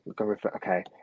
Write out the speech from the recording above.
okay